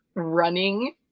running